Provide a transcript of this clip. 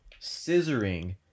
scissoring